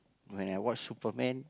when I watch Superman